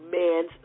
man's